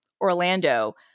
Orlando